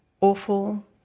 awful